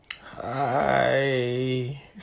hi